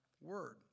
word